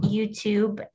YouTube